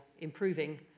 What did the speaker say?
improving